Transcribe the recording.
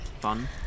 fun